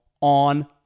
on